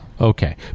Okay